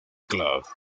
club